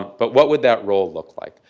but what would that role look like?